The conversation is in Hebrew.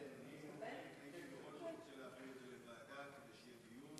הייתי בכל זאת רוצה להעביר לוועדה כדי שיהיה דיון.